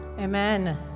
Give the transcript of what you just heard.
Amen